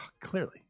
clearly